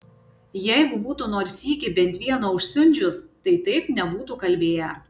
jeigu būtų nors sykį bent vieną užsiundžius tai taip nebūtų kalbėję